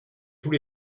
tous